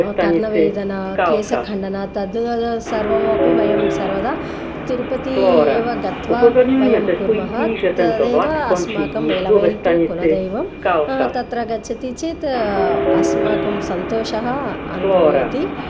कर्णवेदना केशखण्डना तत् सर्वमपि वयं सर्वदा तिरुपती एव गत्वा वयं कुर्मः तदेव अस्माकं एलवेल्पू कुलदैवम् तत्र गच्छति चेत् अस्माकं सन्तोषः अनुभूयति